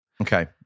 Okay